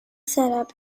setup